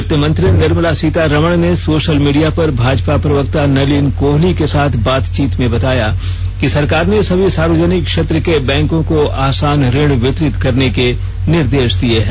वित्तमंत्री निर्मला सीतारमण ने social media पर भाजपा प्रवक्ता नलिन कोहली के साथ बातचीत में बताया कि सरकार ने सभी सार्वजनिक क्षेत्र के बैंकों को आसान ऋण वितरित करने के निर्देश दिये हैं